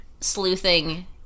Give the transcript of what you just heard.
sleuthing